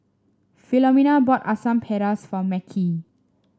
Philomena bought Asam Pedas for Mekhi